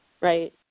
right